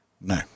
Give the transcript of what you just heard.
No